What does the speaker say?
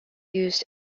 used